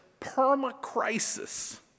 perma-crisis